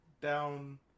down